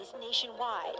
nationwide